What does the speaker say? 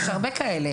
יש הרבה כאלה.